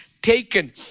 Taken